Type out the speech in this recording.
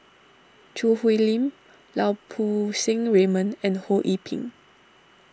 Choo Hwee Lim Lau Poo Seng Raymond and Ho Yee Ping